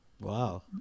Wow